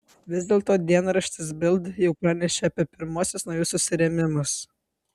vis dėlto dienraštis bild jau pranešė apie pirmuosius naujus susirėmimus